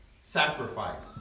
sacrifice